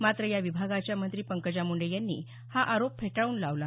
मात्र या विभागाच्या मंत्री पकंजा मुंडे यांनी हा आरोप फेटाळून लावला